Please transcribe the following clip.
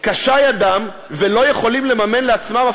קצרה ידם והם לא יכולים לממן לעצמם,